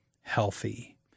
healthy